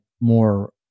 more